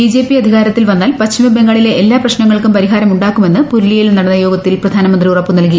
BJP അധികാരത്തിൽ വന്നാൽ പശ്ചിമബം ഗാളിലെ എല്ലാ പ്രശ്നങ്ങൾക്കും പരിഹാരമുണ്ടാക്കുമെന്ന് പുരുലിയ യിൽ നടന്ന് യോഗത്തിൽ പ്രധാനമന്ത്രി ഉറപ്പു നൽകി